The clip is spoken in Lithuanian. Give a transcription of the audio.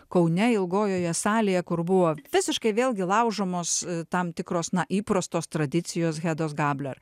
kaune ilgojoje salėje kur buvo visiškai vėlgi laužomos tam tikros na įprastos tradicijos hedos gabler